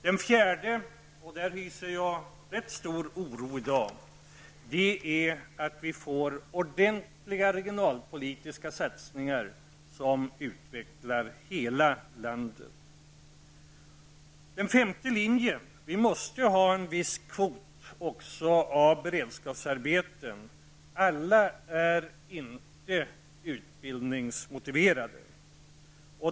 Den fjärde försvarlinjen -- där hyser jag ganska stor oro i dag -- är att vi skall ha ordentliga regionalpolitiska satsningar som utvecklar hela landet. Den femte linjen består i att vi måste ha en viss kvot av beredskapsarbeten. Alla är inte utbildningsmotiverade.